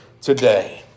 today